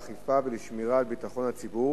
האכיפה ולשמירה על ביטחון הציבור